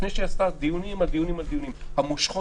לפני שהיא עשתה דיונים על דיונים על דיונים המושכות